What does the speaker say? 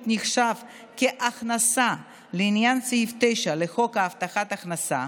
נחשב להכנסה לעניין סעיף 9 לחוק הבטחת הכנסה,